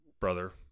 brother